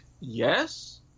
yes